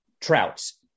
Trout's